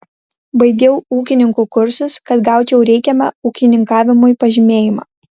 baigiau ūkininkų kursus kad gaučiau reikiamą ūkininkavimui pažymėjimą